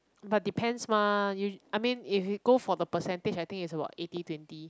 but depends mah you I mean if you go for the percentage I think it's about eighty twenty